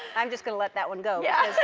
i'm just gonna let that one go. yeah yeah